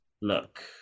look